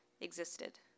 existed